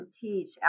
teach